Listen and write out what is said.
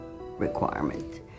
requirement